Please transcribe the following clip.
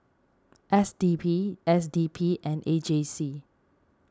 S T B S D P and A J C